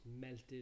melted